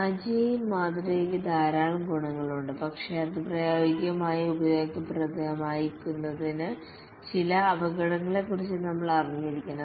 agile മാതൃകയ്ക്കു ധാരാളം ഗുണങ്ങളുണ്ട് പക്ഷേ അത് പ്രായോഗികമായി ഉപയോഗപ്രദമാക്കുന്നതിന് ചില അപകടങ്ങളെക്കുറിച്ച് നമ്മൾ അറിഞ്ഞിരിക്കണം